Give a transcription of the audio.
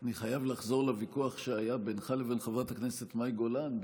אני חייב לחזור לוויכוח שהיה בינך לבין חברת הכנסת מאי גולן,